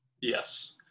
Yes